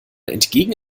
entgegen